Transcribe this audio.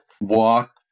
walk